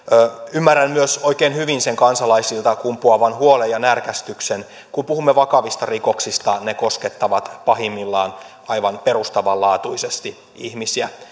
ymmärrän myös oikein hyvin sen kansalaisilta kumpuavan huolen ja närkästyksen kun puhumme vakavista rikoksista ne koskettavat pahimmillaan aivan perustavanlaatuisesti ihmisiä